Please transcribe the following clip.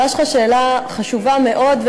השאלה שלך שאלה חשובה מאוד,